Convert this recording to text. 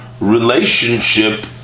relationship